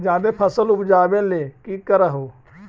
जादे फसल उपजाबे ले की कर हो?